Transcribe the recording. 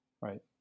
Right